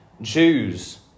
Jews